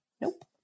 nope